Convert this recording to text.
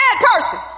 person